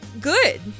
Good